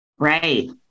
Right